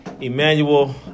Emmanuel